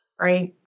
right